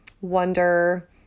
wonder